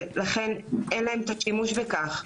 לכן, אין להם שימוש בכך.